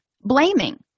Blaming